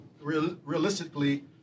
Realistically